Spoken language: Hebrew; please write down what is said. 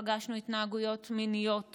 ופגשנו התנהגויות מיניות